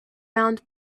round